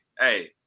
hey